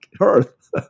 earth